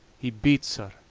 he beats her,